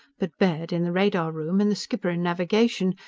but baird, in the radar room, and the skipper in navigation,